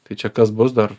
tai čia kas bus dar